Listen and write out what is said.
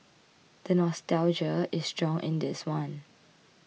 the nostalgia is strong in this one